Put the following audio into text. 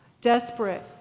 desperate